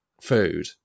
food